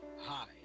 Hi